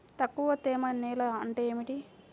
తక్కువ తేమ నేల అంటే ఏమిటి?